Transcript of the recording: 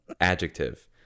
Adjective